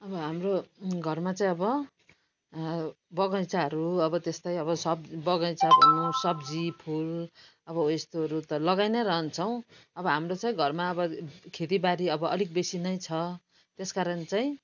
अब हाम्रो घरमा चाहिँ अब बगैँचाहरू अब त्यस्तै अब बगैँचा भनौँ सब्जी फुल हो यस्तोहरू त लगाइ नै रहन्छौँ अब हाम्रो चाहिँ घरमा खेतीबारी अब अलिक बेसी नै छ त्यसकारण चाहिँ